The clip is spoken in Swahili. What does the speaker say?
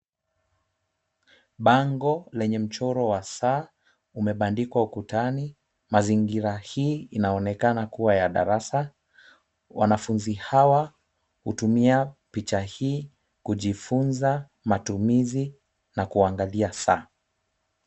Bango lenye mchoro wa saa umebandikwa ukutani. Mazingira hii inaonekana kuwa ya darasa, wanafunzi hawa hutumia picha hii kujifunza matumizi na kuangalia saa.